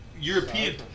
European